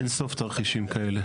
אין סוף תרחישים כאלה.